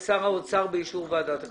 שר האוצר באישור ועדת הכספים.